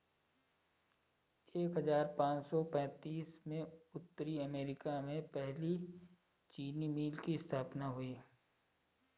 एक हजार पाँच सौ पैतीस में उत्तरी अमेरिकी में पहली चीनी मिल की स्थापना हुई